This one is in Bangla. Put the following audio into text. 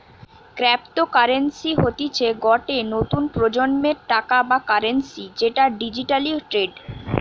ক্র্যাপ্তকাররেন্সি হতিছে গটে নতুন প্রজন্মের টাকা বা কারেন্সি যেটা ডিজিটালি ট্রেড করতিছে